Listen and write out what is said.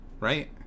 right